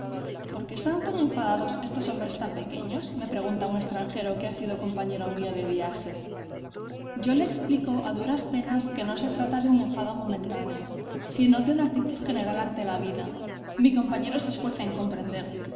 qué están tan enfadados estos hombres tan pequeños me pregunta un extranjero que ha sido compañero mío de viaje yo le explico a duras penas que no se trata de un enfado momentáneo sino de una actitud general ante la vida mi compañero se esfuerza en comprender